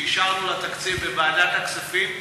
שאישרנו לה תקציב בוועדת הכספים,